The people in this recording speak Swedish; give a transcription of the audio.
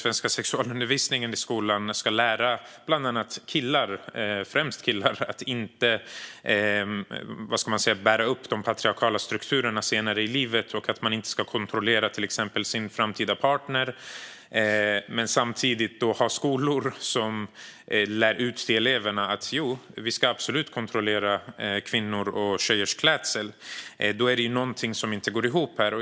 Vi ska i sexualundervisningen i den svenska skolan lära främst killar att inte bära upp de patriarkala strukturerna senare i livet och att man inte ska kontrollera till exempel sin framtida partner. Samtidigt har vi skolor som lär ut till eleverna att vi absolut ska kontrollera kvinnors och tjejers klädsel. Det är någonting som inte går ihop här.